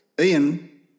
Ian